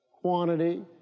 quantity